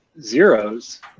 zeros